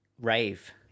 rave